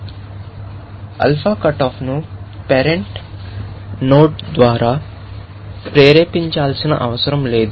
కాబట్టి alpha cut ఆఫ్ను parent node ద్వారా ప్రేరేపించాల్సిన అవసరం లేదు